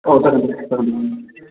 औ जागोन दे जागोन